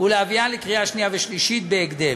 ולהביאן לקריאה השנייה ולקריאה השלישית בהקדם.